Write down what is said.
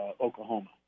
Oklahoma